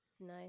Nice